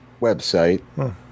website